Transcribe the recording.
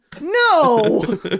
no